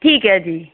ਠੀਕ ਹੈ ਜੀ